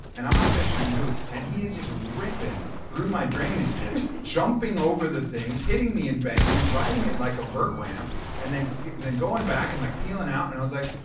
and i'm out there shooting hoops, and he is just ripping through my drainage ditch, jumping over the things, hitting the embankment, riding it like a vert ramp, and then so and then going back and like peeling out. and i was like,